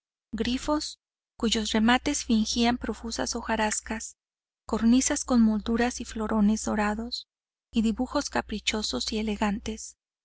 grifos cuyos remates fingían profusas hojarascas cornisas con molduras y florones dorados y dibujos caprichosos y elegantes